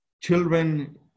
children